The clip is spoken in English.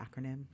acronym